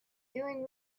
doing